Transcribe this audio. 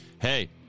Hey